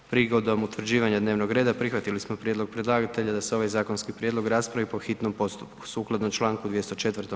Prigodom utvrđivanja dnevnog reda prihvatili smo prijedlog predlagatelja da se ovaj zakonski prijedlog raspravi po hitnom postupku, sukladno Članku 204.